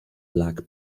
black